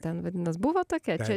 ten vadinas buvo tokia čia